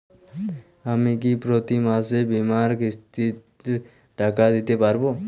আমি কি প্রতি মাসে বীমার কিস্তির টাকা দিতে পারবো?